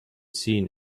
seen